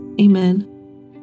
Amen